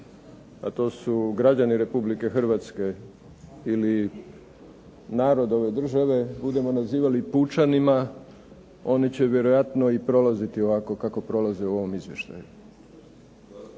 a to su građani Republike Hrvatske ili narod ove države budemo nazivali pučanima, oni će vjerojatno i prolaziti ovako kako prolaze u ovom izvještaju.